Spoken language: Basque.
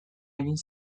egin